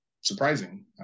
surprising